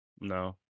No